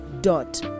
dot